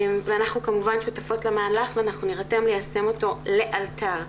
אנחנו כמובן שותפות למהלך ואנחנו נירתם ליישם אותו לאלתר.